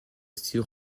style